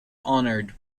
honoured